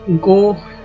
Go